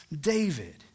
David